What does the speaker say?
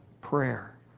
prayer